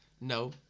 No